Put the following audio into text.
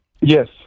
Yes